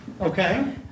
Okay